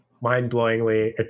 mind-blowingly